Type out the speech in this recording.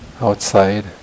outside